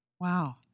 Wow